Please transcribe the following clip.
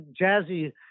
jazzy